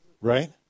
right